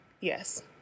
yes